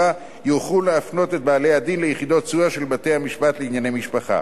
יוכל להפנות את בעלי הדין ליחידת סיוע של בתי-משפט לענייני משפחה.